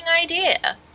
idea